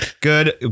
good